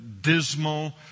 dismal